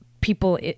people